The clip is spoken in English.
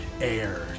Air